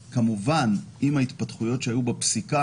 כשכבר היו התפתחויות חשובות נוספות בפסיקה,